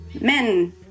men